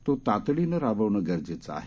तो तातडीनं राबवणं गरजेचं आहे